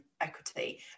equity